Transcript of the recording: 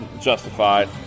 justified